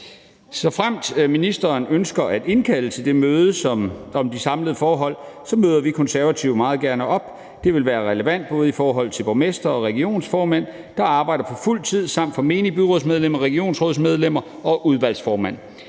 Såfremt ministeren ønsker at indkalde til møde om de samlede forhold, møder vi Konservative meget gerne op. Det ville være relevant i forhold til både borgmestre og regionsrådsformænd, der arbejder på fuld tid, samt for menige byrådsmedlemmer, regionsrådsmedlemmer og udvalgsformænd.